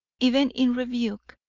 even in rebuke,